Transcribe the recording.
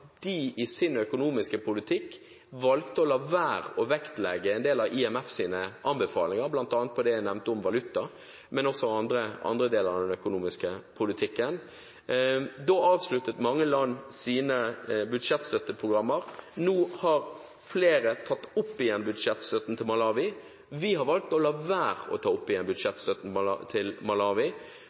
de i sin økonomiske politikk valgte å la være å vektlegge en del av IMFs anbefalinger, bl.a. på det jeg nevnte om valuta, men også andre deler av den økonomiske politikken. Da avsluttet mange land sine budsjettstøtteprogrammer. Nå har flere tatt opp igjen budsjettstøtten til Malawi. Vi har valgt å la være å ta opp igjen budsjettstøtte til